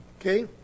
okay